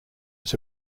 was